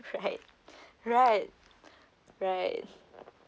right right right